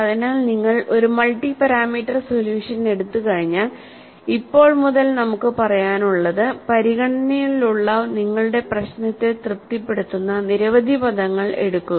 അതിനാൽ നിങ്ങൾ ഒരു മൾട്ടി പാരാമീറ്റർ സൊല്യൂഷൻ എടുത്തുകഴിഞ്ഞാൽ ഇപ്പോൾ മുതൽ നമുക്ക് പറയാനുള്ളത് പരിഗണനയിലുള്ള നിങ്ങളുടെ പ്രശ്നത്തെ തൃപ്തിപ്പെടുത്തുന്ന നിരവധി പദങ്ങൾ എടുക്കുക